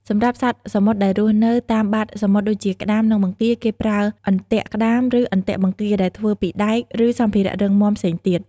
សម្រាប់សត្វសមុទ្រដែលរស់នៅតាមបាតសមុទ្រដូចជាក្តាម និងបង្គា គេប្រើ អន្ទាក់ក្តាម ឬអន្ទាក់បង្គា ដែលធ្វើពីដែក ឬសម្ភារៈរឹងមាំផ្សេងទៀត។